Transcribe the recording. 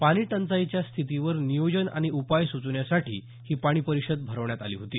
पाणीटंचाईच्या स्थितीवर नियोजन आणि उपाय सुचविण्यासाठी ही पाणी परिषद भरवण्यात आली होती